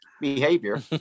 Behavior